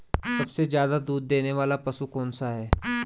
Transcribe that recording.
सबसे ज़्यादा दूध देने वाला पशु कौन सा है?